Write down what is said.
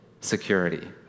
security